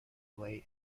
lay